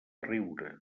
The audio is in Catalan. riure